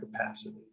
capacity